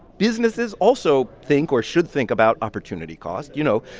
businesses also think, or should think, about opportunity cost. you know,